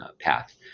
path